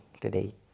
today